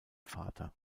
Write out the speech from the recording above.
vater